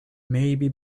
maybe